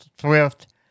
Swift